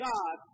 God